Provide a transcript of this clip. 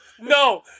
No